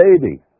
baby